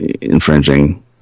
infringing